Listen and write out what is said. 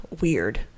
weird